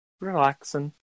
relaxing